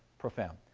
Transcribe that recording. profound.